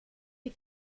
die